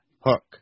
Hook